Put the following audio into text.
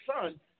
son